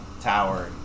tower